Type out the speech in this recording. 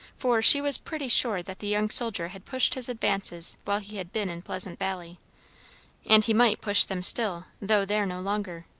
for she was pretty sure that the young soldier had pushed his advances while he had been in pleasant valley and he might push them still, though there no longer.